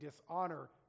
dishonor